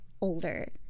older